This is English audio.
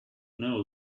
know